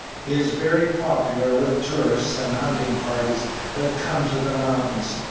he is very popular with tourist and hunting parties that come to the mountains,